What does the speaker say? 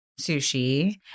sushi